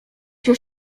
się